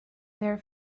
their